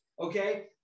okay